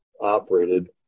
operated